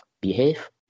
behave